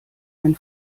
ein